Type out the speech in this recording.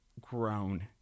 grown